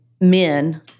men